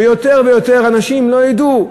ויותר ויותר אנשים לא ידעו.